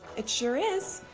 it sure is,